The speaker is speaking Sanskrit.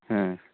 ह